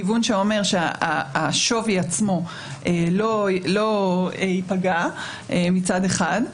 כיוון שאומר שהשווי עצמו לא ייפגע מצד אחד,